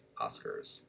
Oscars